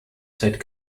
said